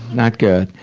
not good.